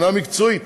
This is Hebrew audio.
מבחינה מקצועית.